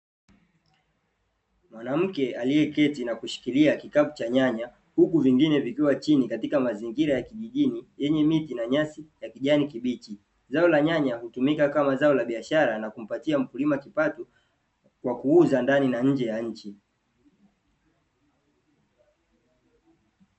Mwanamke aliyeketi na kushikilia kikapu cha nyanya, huku vingine vikiwa chini katika mazingira ya kijijini yenye miti na nyasi ya kijani kibichi. Zao la nyanya hutumika kama zao la biashara na kumpatia mkulima kipato kwa kuuza ndani na nje ya nchi.